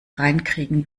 reinkriegen